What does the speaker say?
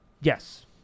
Yes